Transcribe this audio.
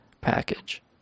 package